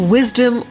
Wisdom